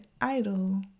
idle